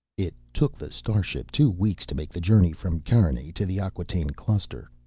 it took the starship two weeks to make the journey from carinae to the acquataine cluster.